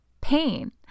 pain